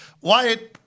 Wyatt